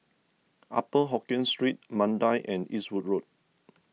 Upper Hokkien Street Mandai and Eastwood Road